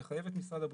זה ברור.